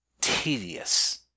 tedious